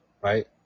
right